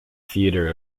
theater